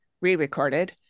re-recorded